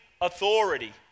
authority